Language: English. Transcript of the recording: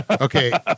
Okay